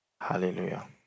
Hallelujah